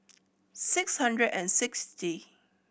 six hundred and sixty